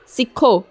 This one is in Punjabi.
ਸਿੱਖੋ